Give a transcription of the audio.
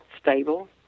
stable